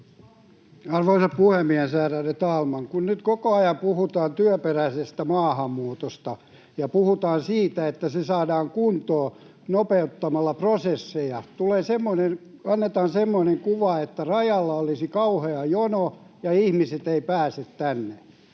Arvoisa puhemies, ärade talman! Kun nyt koko ajan puhutaan työperäisestä maahanmuutosta ja puhutaan siitä, että se saadaan kuntoon nopeuttamalla prosesseja, annetaan semmoinen kuva, että rajalla olisi kauhea jono ja ihmiset eivät pääse tänne.